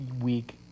week